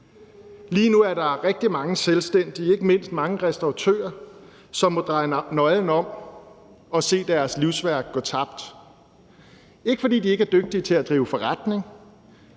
Lige nu er der rigtig mange selvstændige, ikke mindst mange restauratører, som må dreje nøglen om og se deres livsværk gå tabt. Det er ikke, fordi de ikke er dygtige til at drive forretning,